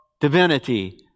divinity